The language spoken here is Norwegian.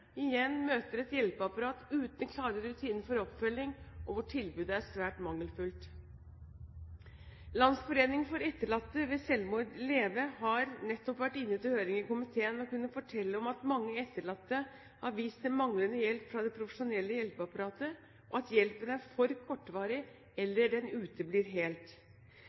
igjen møter et hjelpeapparat uten klare rutiner for oppfølging, og hvor tilbudet er svært mangelfullt. Landsforeningen for etterlatte ved selvmord – LEVE – har nettopp vært inne til høring i komiteen og kunne fortelle at mange etterlatte har vist til manglende hjelp fra det profesjonelle hjelpeapparatet, og at hjelpen er for kortvarig eller uteblir helt.